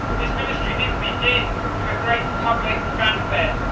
his ministry didn't begin with a great public fanfare.